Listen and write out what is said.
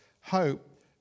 hope